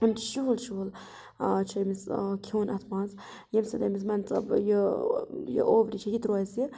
یِم چھِ شُہُل شہُل چھِ أمِس کھیٚون اَتھ منٛز ییٚمہِ سۭتۍ أمِس مان ژٕ یہِ یہِ اوبرِ چھِ یہِ ترٛوو اَسہِ